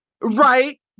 Right